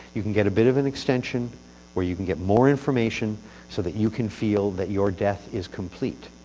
you can get a bit of an extension where you can get more information so that you can feel that your death is complete.